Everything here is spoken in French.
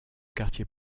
quartier